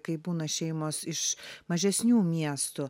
kai būna šeimos iš mažesnių miestų